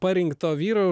parinkto vyro